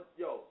yo